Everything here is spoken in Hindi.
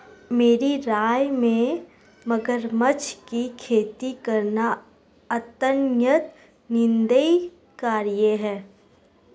मेरी राय में मगरमच्छ की खेती करना अत्यंत निंदनीय कार्य है